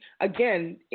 again